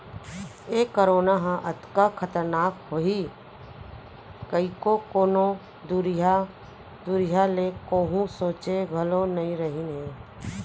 ए corona ह अतका खतरनाक होही कइको कोनों दुरिहा दुरिहा ले कोहूँ सोंचे घलौ नइ रहिन हें